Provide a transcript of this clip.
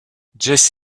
jess